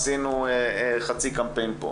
עשינו חצי קמפיין פה,